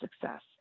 success